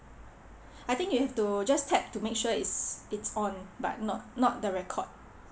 I think you have to just tap to make sure it's it's on but not not the record